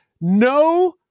no